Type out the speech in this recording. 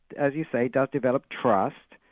as you say, does develop trust,